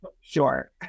Sure